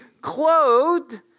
clothed